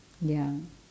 ya